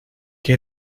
que